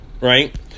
right